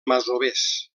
masovers